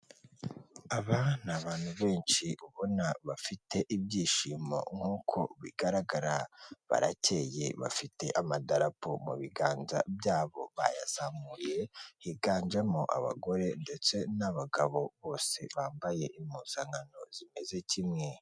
Aba ni abantu benshi ubona bafite ibyishimo nk'uko bigaragara barakeyeye bafite amadarapo mu biganza byabo bayazamuye higanjemo abagore ndetse n'abagabo bose bambaye impuzankano zimeze kimwe.